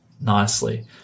nicely